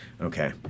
okay